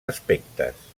aspectes